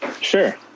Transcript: Sure